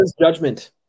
judgment